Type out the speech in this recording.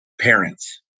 parents